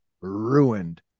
ruined